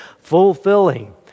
Fulfilling